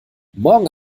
morgen